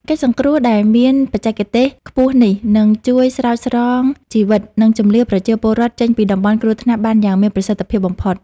កិច្ចសង្គ្រោះដែលមានបច្ចេកទេសខ្ពស់នេះ នឹងជួយស្រោចស្រង់ជីវិត និងជម្លៀសប្រជាពលរដ្ឋចេញពីតំបន់គ្រោះថ្នាក់បានយ៉ាងមានប្រសិទ្ធភាពបំផុត។